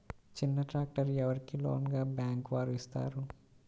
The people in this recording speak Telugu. చిన్న ట్రాక్టర్ ఎవరికి లోన్గా బ్యాంక్ వారు ఇస్తారు?